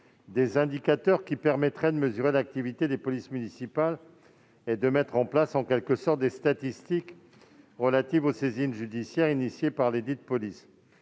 des indicateurs qui permettraient de mesurer l'activité des polices municipales et de mettre en place, en quelque sorte, des statistiques relatives aux saisines judiciaires initiées par lesdites polices.